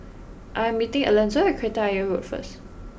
I am meeting Alanzo Kreta Ayer Road first